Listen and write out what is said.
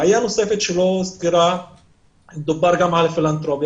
בעיה נוספת שלא הוזכרה - דובר גם על פילנתרופיה.